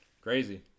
crazy